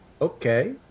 okay